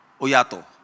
oyato